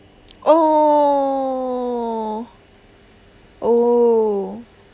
oh oh